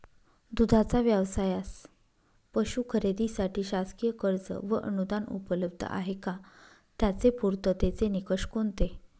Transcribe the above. दूधाचा व्यवसायास पशू खरेदीसाठी शासकीय कर्ज व अनुदान उपलब्ध आहे का? त्याचे पूर्ततेचे निकष कोणते?